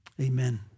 Amen